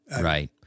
right